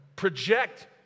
project